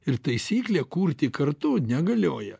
ir taisyklė kurti kartu negalioja